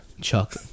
Chuck